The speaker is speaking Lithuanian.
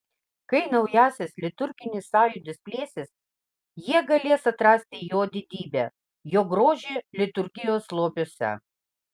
kai naujasis liturginis sąjūdis plėsis jie galės atrasti jo didybę jo grožį liturgijos lobiuose